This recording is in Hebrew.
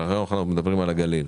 היום אנחנו מדברים על הגליל,